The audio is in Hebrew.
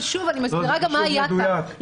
אבל שוב אני מסבירה גם מה היה כאן.